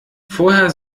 vorher